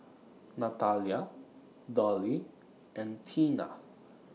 Natalya Dollye and Teena